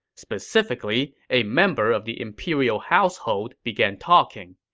specifically, a member of the imperial household began talking.